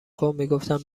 کن، میگفتم